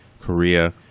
Korea